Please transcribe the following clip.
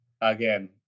again